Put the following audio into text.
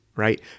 right